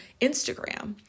Instagram